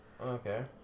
Okay